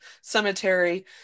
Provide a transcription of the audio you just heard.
cemetery